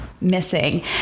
missing